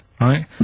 right